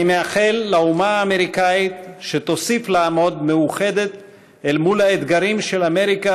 אני מאחל לאומה האמריקנית שתוסיף לעמוד מאוחדת אל מול האתגרים של אמריקה